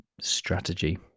strategy